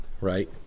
right